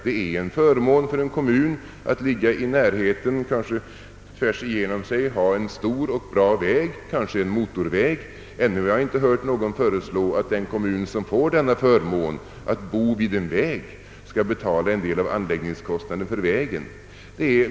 Det är en förmån för en kommun att ligga i närheten av en bra väg eller en motorväg — som kanske går tvärs genom kommunen — men ännu har jag inte hört någon föreslå att en sådan kommun skall betala en del av anläggningskostnaderna för vägen.